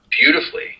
beautifully